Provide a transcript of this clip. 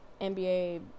NBA